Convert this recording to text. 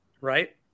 Right